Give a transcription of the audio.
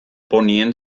ponien